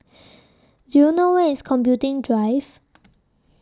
Do YOU know Where IS Computing Drive